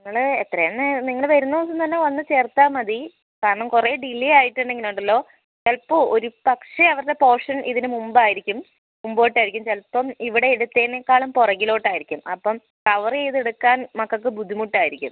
നിങ്ങൾ എത്രയും വേഗം നി വരുന്ന ദിവസം തന്നെ വന്ന് ചേർത്താൽ മതി കാരണം കുറേ ഡിലേ ആയിട്ടുണ്ടെങ്കിലുണ്ടല്ലോ ചിലപ്പോൾ ഒരുപക്ഷേ അവരുടെ പോഷൻ ഇതിനുമുമ്പായിരിക്കും മുമ്പോട്ടായിരിക്കും ചിലപ്പം ഇവിടെ എടുത്തതിനേക്കാളും പുറകിലോട്ടായിരിക്കും അപ്പം കവർ ചെയ്തെടുക്കാൻ മക്കൾക്ക് ബുദ്ധിമുട്ടായിരിക്കും